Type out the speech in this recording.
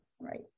right